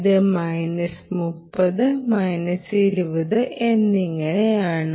ഇത് minus 30 minus 20 എന്നിങ്ങനെയാണ്